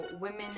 women